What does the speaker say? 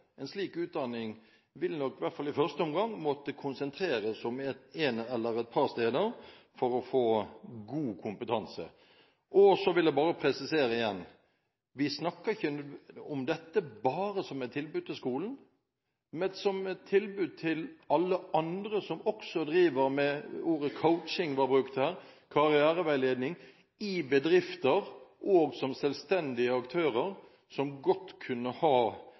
En slik utdanning ville nok i hvert fall i første omgang måtte konsentreres om et eller et par steder for å få god kompetanse. Så vil jeg bare presisere igjen: Vi snakker ikke om dette bare som et tilbud til skolen, men som et tilbud til alle andre som også driver med – ordet «coaching» var brukt her – karriereveiledning i bedrifter, og som selvstendige aktører som godt kunne ha